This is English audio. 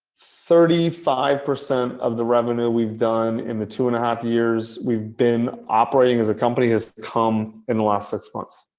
thirty five percent of the revenue we've done in the two and a half years we've been operating as a company, he's come in the last six months.